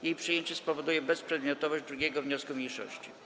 Jej przyjęcie spowoduje bezprzedmiotowość 2. wniosku mniejszości.